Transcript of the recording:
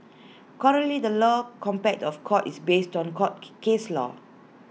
currently the law contempt of court is based on court case law